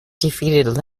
defeated